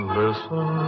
listen